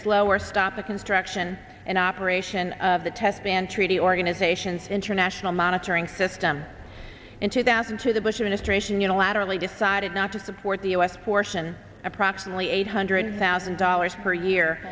slow or stop the construction and operation of the test ban treaty organisations international monitoring system in two thousand to the bush administration unilaterally decided not to support the u s portion approximately eight hundred thousand